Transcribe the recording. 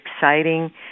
exciting